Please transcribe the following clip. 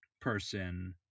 person